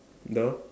the